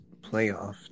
playoff